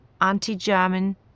anti-German